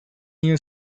new